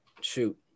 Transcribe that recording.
shoot